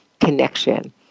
connection